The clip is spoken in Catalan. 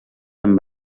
amb